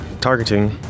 Targeting